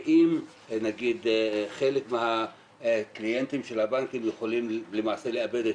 אם חלק מהקליינטים של הבנקים יכולים לאבד את